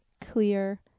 clear